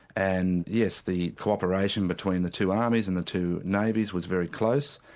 and yes, the co-operation between the two armies and the two navies was very close.